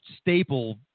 staple